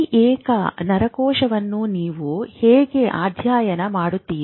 ಈ ಏಕ ನರಕೋಶವನ್ನು ನೀವು ಹೇಗೆ ಅಧ್ಯಯನ ಮಾಡುತ್ತೀರಿ